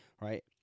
right